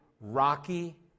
rocky